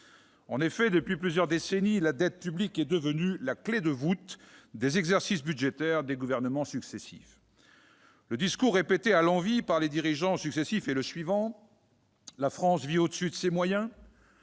En effet, depuis plusieurs décennies, la dette publique est devenue la clef de voûte des exercices budgétaires des différents gouvernements. Le discours répété à l'envi par des dirigeants successifs est le suivant : la France vit au-dessus de ses moyens,